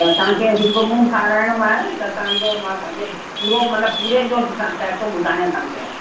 त तव्हांखे हिकु रूम ठहाराइणो आहे त तव्हांजो मां तव्हांखे पूरो मतिलब पूरे जो सां ॿुधायां तव्हांखे